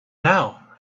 now